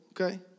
okay